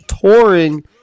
Touring